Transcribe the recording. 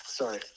sorry